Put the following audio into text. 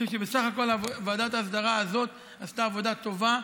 אני חושב שבסך הכול ועדת ההסדרה הזאת עשתה עבודה טובה,